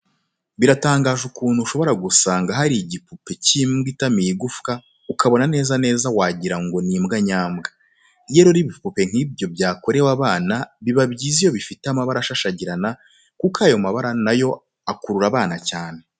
Biratangaje ukuntu ushobora gusanga hari igipupe cy'imbwa itamiye igufwa ukabona neza neza wagira ngo ni imbwa nyambwa. Iyo rero ibipupe nk'ibyo byakorewe abana biba byiza iyo bifite amabara ashashagirana kuko ayo mabara na yo akurura abana cyane.